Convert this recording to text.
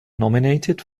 nominated